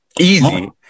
Easy